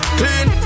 clean